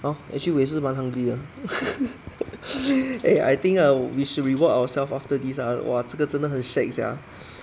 ya actually 我也是蛮 hungry 的 eh I think err we should reward ourself after this lah !wah! 这个真的很 shag sia